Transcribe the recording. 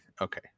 Okay